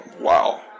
Wow